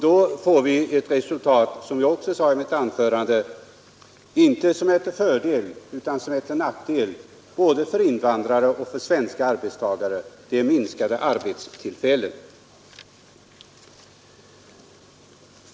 Då får vi, som jag också sade i mitt anförande, ett resultat som inte är till fördel utan till nackdel både för invandrare och för svenska arbetstagare, nämligen en minskning av antalet arbetstillfällen.